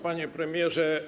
Panie Premierze!